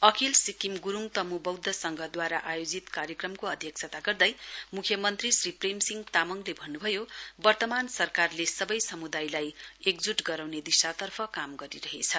अखिल सिक्किम गुरूङ तमु बौध्द संघद्वारा आयोजित कार्यक्रमको अध्यक्षता गर्दै मुख्यमन्त्री श्री प्रेमसिङ तामङले भन्नुभयो वर्तमान सरकारले सबै समुदायलाई एकजुट गराउने दिशतर्फ काम गरिरहेछ